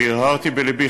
והרהרתי בלבי,